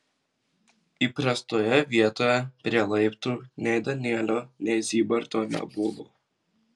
įprastoje vietoje prie laiptų nei danielio nei zybarto nebuvo